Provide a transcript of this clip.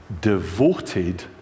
devoted